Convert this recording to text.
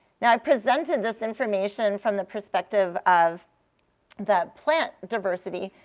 now, i presented this information from the perspective of the plant diversity,